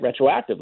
retroactively